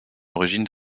origine